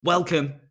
Welcome